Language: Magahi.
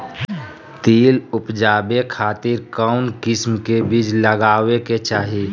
तिल उबजाबे खातिर कौन किस्म के बीज लगावे के चाही?